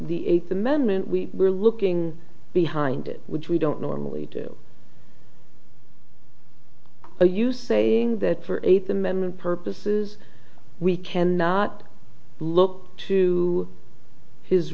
the eighth amendment we were looking behind it which we don't normally do are you saying that for eighth amendment purposes we cannot look to his